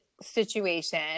situation